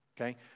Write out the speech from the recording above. Okay